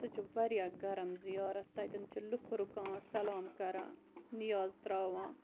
سُہ چھُ واریاہ گرم زِیارت تَتیٚن چھ لُکھ رُکان سَلام کَران نِیاز تراوان